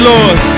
Lord